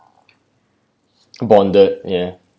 bonded ya